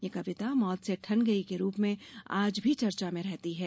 यह कविता मौत से ठन गयी के रूप में आज भी चर्चा में रहती है